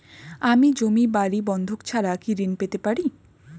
আমি জমি বাড়ি বন্ধক ছাড়া কি ঋণ পেতে পারি?